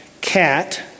cat